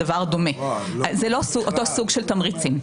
זה לא אותו סוג של תמריצים.